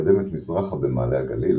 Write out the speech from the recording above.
ומתקדמת מזרחה במעלה הגליל,